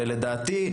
ולדעתי,